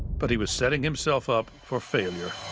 but he was setting himself up for failure.